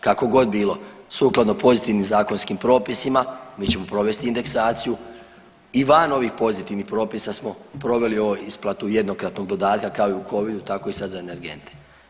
Kako god bilo, sukladno pozitivnim zakonskim propisima mi ćemo provesti indeksaciju i van ovih pozitivnih propisa smo proveli ovu isplatu jednokratnog dodatka kao i u Covidu tako i sad za energente.